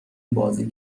بازی